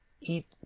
eat